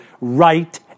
right